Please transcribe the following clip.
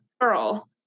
girl